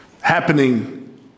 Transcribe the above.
happening